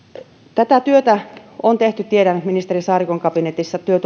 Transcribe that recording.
tätä työtä on tehty ministeri saarikon kabinetissa myös